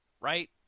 right